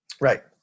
Right